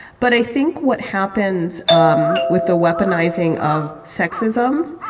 but i think what happens um with the weaponizing of sexism.